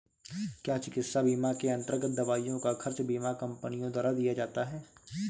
क्या चिकित्सा बीमा के अन्तर्गत दवाइयों का खर्च बीमा कंपनियों द्वारा दिया जाता है?